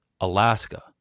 Alaska